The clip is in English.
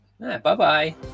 bye-bye